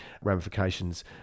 ramifications